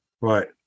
Right